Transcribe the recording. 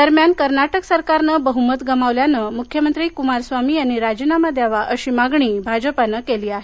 दरम्यान कर्नाटक सरकारनं बहुमत गमावल्यानं मुख्यमंत्री कुमारस्वामी यांनी राजीनामा द्यावा अशी मागणी भाजपानं केली आहे